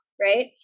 right